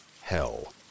Hell